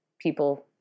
people